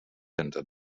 ended